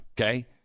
Okay